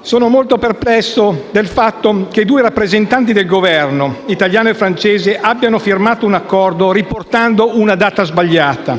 sono molto perplesso del fatto che i due rappresentanti dei Governi italiano e francese abbiano firmato l'Accordo riportando la data sbagliata,